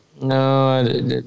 No